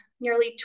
nearly